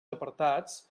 apartats